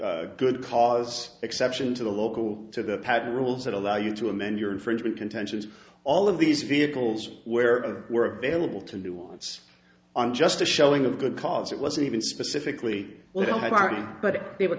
a good cause exception to the local to the patent rules that allow you to amend your infringement contentions all of these vehicles where were available to do once on just a showing of good cause it wasn't even specifically